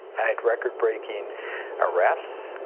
i had record-breaking arrests,